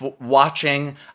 watching